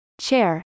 chair